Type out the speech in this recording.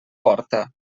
porta